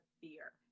fear